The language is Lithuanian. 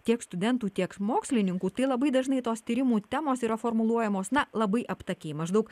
tiek studentų tiek mokslininkų tai labai dažnai tos tyrimų temos yra formuluojamos na labai aptakiai maždaug